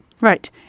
Right